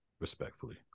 respectfully